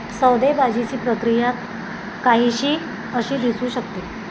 सौदेबाजीची प्रक्रिया काहीशी अशी दिसू शकते